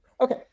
Okay